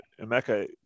Emeka